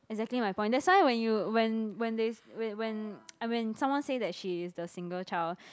exactly my point that's why when you when when they when when when someone say that she is the single child